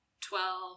Twelve